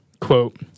quote